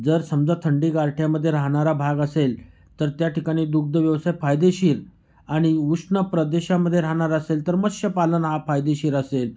जर समजा थंडी गारठ्यामध्ये राहणारा भाग असेल तर त्या ठिकाणी दुग्धव्यवसाय फायदेशीर आणि उष्ण प्रदेशामध्ये राहणारा असेल तर मत्स्यपालन हा फायदेशीर असेल